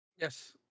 Yes